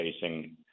facing